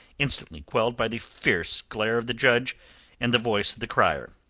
instantly quelled by the fierce glare of the judge and the voice of the crier.